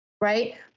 right